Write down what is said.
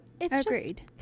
Agreed